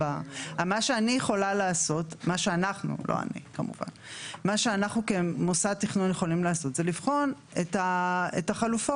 מה שאנחנו כמוסד תכנון יכולים לעשות הוא לבחון את החלופות.